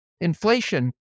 inflation